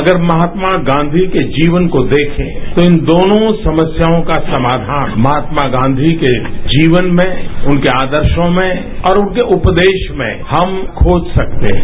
अगर महात्मा गांधी के जीवन को देखें तो इन दोनों समस्याओं का समाधान महात्मा गांधी के जीवन में उनके आदर्सा में और उनके उपदेश में हम खोज सकते हैं